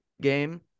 game